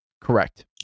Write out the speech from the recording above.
Correct